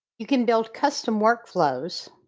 you can build custom workflows.